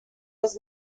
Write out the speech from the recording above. was